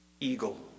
Eagle